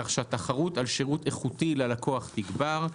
כך שהתחרות על שירות איכותי ללקוח תגבר.